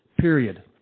Period